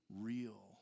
real